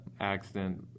accident